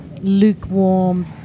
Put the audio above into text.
lukewarm